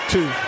Two